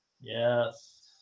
yes